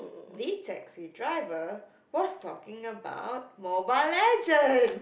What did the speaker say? the taxi driver was talking about Mobile Legend